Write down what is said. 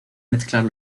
mezclar